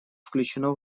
включено